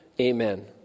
Amen